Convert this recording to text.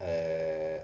uh